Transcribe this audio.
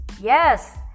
Yes